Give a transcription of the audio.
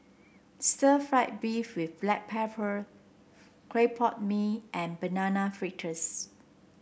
Stir Fried Beef with Black Pepper Clay Pot Mee and Banana Fritters